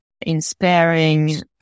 inspiring